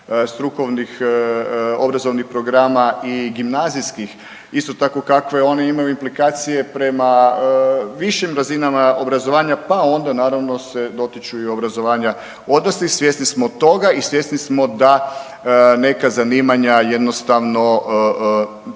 strukovnih obrazovnih programa i gimnazijskih. Isto tako kakve oni imaju implikacije prema višim razinama obrazovanja, pa onda naravno se dotiču i obrazovanja odraslih. Svjesni smo toga i svjesni smo da neka zanimanja jednostavno treba